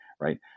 right